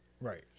Right